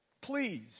please